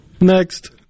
next